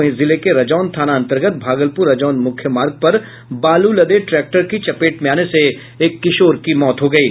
वहीं जिले के रजौन थाना अंतर्गत भागलपुर रजौन मुख्यमार्ग पर बालू लदे ट्रैक्टर की चपेट में आने से एक किशोर की मौत हो गयी